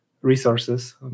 resources